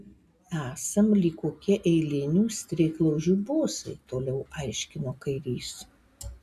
esam lyg kokie eilinių streiklaužių bosai toliau aiškino kairys